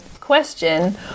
Question